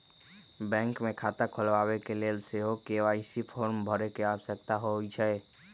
bank मे खता खोलबाबेके लेल सेहो के.वाई.सी फॉर्म भरे के आवश्यकता होइ छै